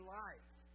life